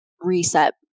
reset